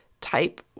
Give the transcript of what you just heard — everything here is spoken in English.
type